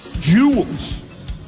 jewels